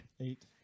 Eight